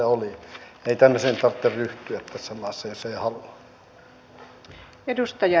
ei tämmöiseen tarvitse ryhtyä tässä maassa jos ei halua